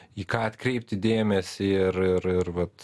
į ką atkreipti dėmesį ir ir ir vat